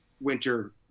winter